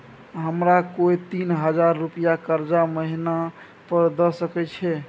हमरा कोय तीन हजार रुपिया कर्जा महिना पर द सके छै?